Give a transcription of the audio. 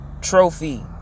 trophy